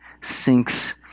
sinks